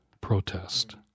protest